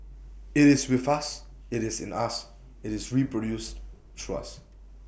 IT is with us IT is in us IT is reproduced through us